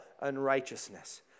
unrighteousness